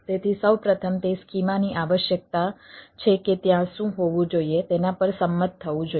તેથી સૌ પ્રથમ તે સ્કીમાની આવશ્યકતા છે કે ત્યાં શું હોવું જોઈએ તેના પર સંમત થવું જોઈએ